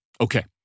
Okay